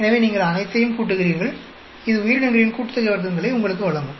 எனவே நீங்கள் அனைத்தையும் கூட்டுகிறீர்கள் இது உயிரினங்களின் கூட்டுத்தொகை வர்க்கங்களை உங்களுக்கு வழங்கும்